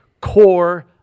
core